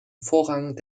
vorrang